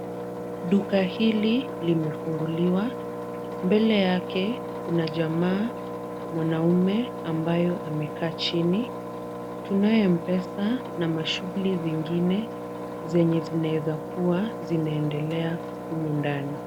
Duka hili limefunguliwa. Mbele yake kuna jamaa mwanamume ambayo amekaa chini. Tunayo M-Pesa na mashughuli zingine zenye zinaeza kuwa zinaendelea humu ndani.